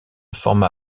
forma